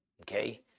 okay